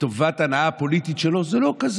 טובת ההנאה הפוליטית שלו זה לא כל כך